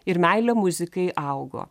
ir meilė muzikai augo